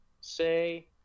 Say